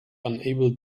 unable